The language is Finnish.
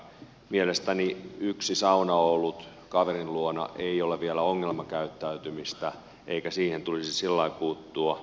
mielestäni yksi saunaolut kaverin luona ei ole vielä ongelmakäyttäytymistä eikä siihen tulisi sillä lailla puuttua